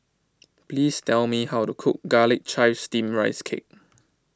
please tell me how to cook Garlic Chives Steamed Rice Cake